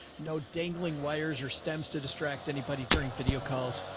no dangling wires or stems to distract anybody during video calls,